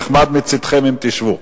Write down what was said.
נחמד מצדכם אם תשבו.